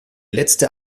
letzte